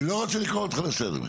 מיכאל אני לא רוצה לקרוא אותך לסדר.